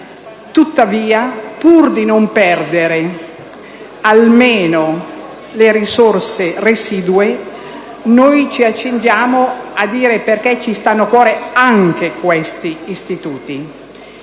tuttavia, pur di non perdere almeno le risorse residue, ci accingiamo a dire perché ci stanno a cuore anche questi istituti.